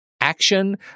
action